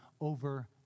over